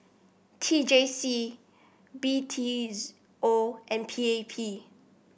T J C B T O and P A P